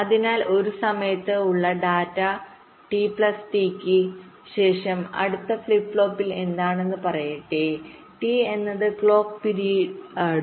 അതിനാൽ ഒരു സമയത്ത് ഉള്ള ഡാറ്റ ടി പ്ലസ് ടിക്ക് ശേഷം അടുത്ത ഫ്ലിപ്പ് ഫ്ലോപ്പിൽ എത്തണമെന്ന് പറയട്ടെ ടി എന്നത് ക്ലോക്ക് പിരീഡ്ആണ്